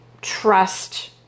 trust